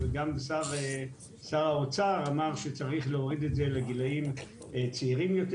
גם שר האוצר אמר שצריך להוריד את זה לגילאים צעירים יותר.